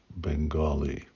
Bengali